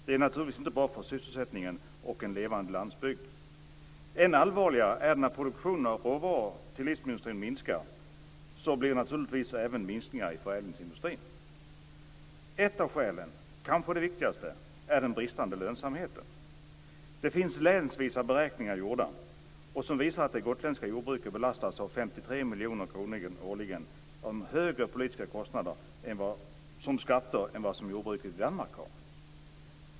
Det är naturligtvis inte bra för sysselsättningen och för en levande landsbygd. Än allvarligare är det när produktionen av råvaror till livsmedelsindustrin minskar. Då blir det naturligtvis även minskningar i förädlingsindustrin. Ett av skälen, kanske det viktigaste, är den bristande lönsamheten. Det finns länsvisa beräkningar gjorda som visar att det gotländska jordbruket belastas av 53 miljoner kronor årligen i högre politiska kostnader som skatter än vad jordbruket i Danmark gör.